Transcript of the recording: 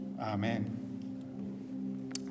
Amen